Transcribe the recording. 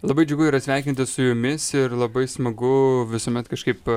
labai džiugu yra sveikintis su jumis ir labai smagu visuomet kažkaip